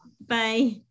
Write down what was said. Bye